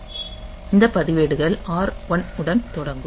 இந்த பதிவேடுகள் R1 உடன் தொடங்கும்